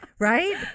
Right